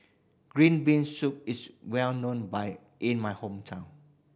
green bean soup is well known by in my hometown